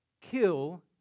kill